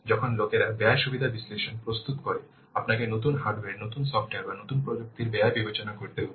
যখন লোকেরা ব্যয় সুবিধা বিশ্লেষণ প্রস্তুত করে আপনাকে নতুন হার্ডওয়্যার নতুন সফ্টওয়্যার বা নতুন প্রযুক্তির ব্যয় বিবেচনা করতে হবে